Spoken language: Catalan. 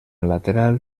lateral